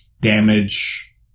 damage